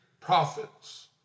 prophets